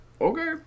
Okay